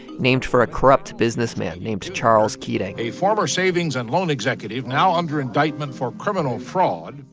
named for a corrupt businessman named charles keating a former savings and loan executive now under indictment for criminal fraud.